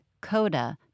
coda